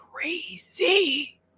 crazy